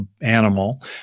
animal